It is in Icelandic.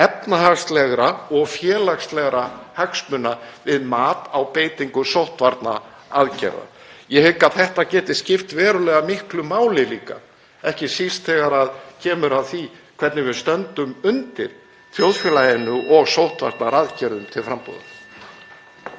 efnahagslegra og félagslegra hagsmuna við mat á beitingu sóttvarnaaðgerða. Ég hygg að þetta geti líka skipt verulega miklu máli, ekki síst þegar kemur að því hvernig við stöndum undir þjóðfélaginu og sóttvarnaaðgerðum til frambúðar.